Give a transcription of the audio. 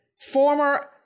former